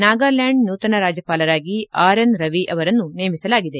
ನಾಗಾಲ್ಕಾಂಡ್ ನೂತನ ರಾಜ್ಯಪಾಲರಾಗಿ R N Ravi ಅವರನ್ನು ನೇಮಿಸಲಾಗಿದೆ